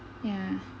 ya